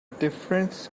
difference